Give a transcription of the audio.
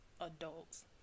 adults